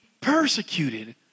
persecuted